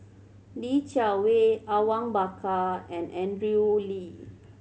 Li Jiawei Awang Bakar and Andrew Lee